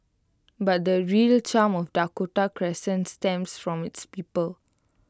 but the real charm of Dakota Crescent stems from its people